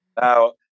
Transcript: Now